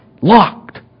locked